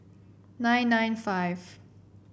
nine nine five